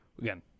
again